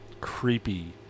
creepy